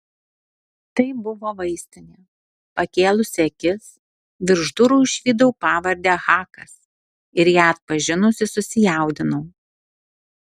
tai buvo vaistinė pakėlusi akis virš durų išvydau pavardę hakas ir ją atpažinusi susijaudinau